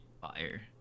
Fire